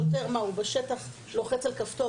שוטר בשטח לוחץ על כפתור?